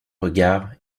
regard